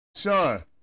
Sean